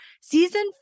Season